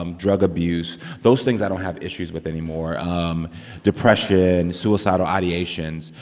um drug abuse those things i don't have issues with anymore um depression, suicidal ideations.